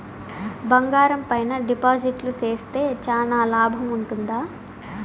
బంగారం పైన డిపాజిట్లు సేస్తే చానా లాభం ఉంటుందా?